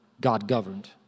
God-governed